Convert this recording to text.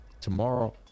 tomorrow